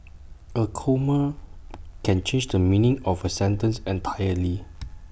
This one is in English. A comma can change the meaning of A sentence entirely